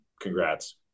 Congrats